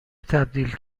تبدیل